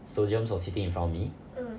so germs was sitting infront me